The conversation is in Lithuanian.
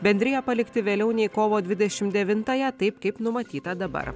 bendriją palikti vėliau nei kovo dvidešim devitąją taip kaip numatyta dabar